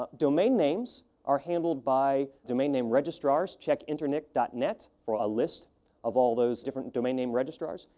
ah domain names are handled by domain name registrars. check internic dot net for a list of all those different domain name registrars.